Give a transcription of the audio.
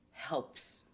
helps